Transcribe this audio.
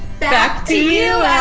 back to you,